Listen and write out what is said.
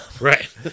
right